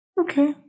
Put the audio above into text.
Okay